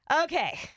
Okay